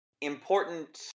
important